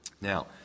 Now